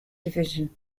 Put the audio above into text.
division